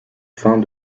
fins